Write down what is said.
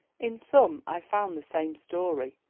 in some i found the same story,